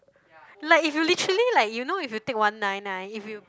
like if you literally like you know if you take one nine nine if you